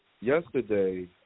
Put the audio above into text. yesterday